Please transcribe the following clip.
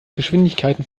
geschwindigkeiten